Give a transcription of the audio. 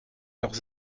leurs